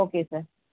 okay sir